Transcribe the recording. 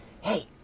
hey